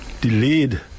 delayed